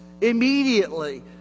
immediately